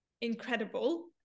incredible